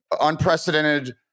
unprecedented